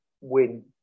win